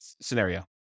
scenario